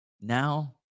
Now